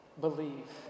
believe